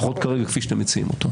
לפחות כרגע כפי שאתם מציעים אותה.